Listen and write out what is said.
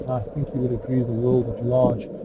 think you would agree, the world at large.